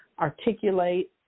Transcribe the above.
articulate